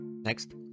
Next